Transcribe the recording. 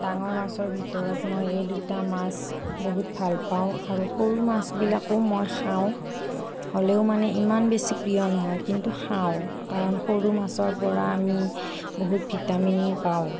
ডাঙৰ মাছৰ ভিতৰত মই এই দুটা মাছ বহুত ভাল পাওঁ আৰু সৰু মাছবিলাকো মই খাওঁ হ'লেও মানে ইমান বেছি প্ৰিয় নহয় কিন্তু খাওঁ কাৰণ সৰু মাছৰ পৰা আমি বহুত ভিটামিন পাওঁ